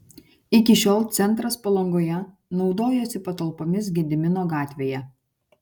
iki šiol centras palangoje naudojosi patalpomis gedimino gatvėje